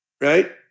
Right